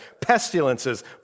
pestilences